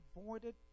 avoided